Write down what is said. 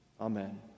Amen